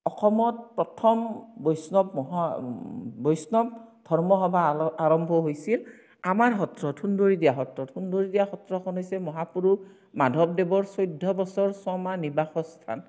অসমত প্ৰথম বৈষ্ণৱ বৈষ্ণৱ ধৰ্ম সভা আৰম্ভ হৈছিল আমাৰ সত্ৰত সুন্দৰীদিয়া সত্ৰত সুন্দৰীদিয়া সত্ৰখন হৈছে মহাপুৰুষ মাধৱদেৱৰ চৈধ্য বছৰ ছমাহ নিবাসৰ স্থান